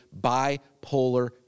bipolar